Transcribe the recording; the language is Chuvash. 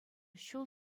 ҫул